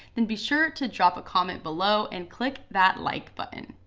then be sure to drop a comment below and click that like button.